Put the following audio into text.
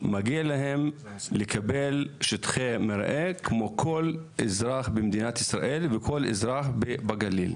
מגיע להם לקבל שטחי מרעה כמו כל אזרח במדינת ישראל וכמו כל אזרח בגליל.